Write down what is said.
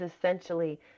essentially